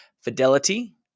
Fidelity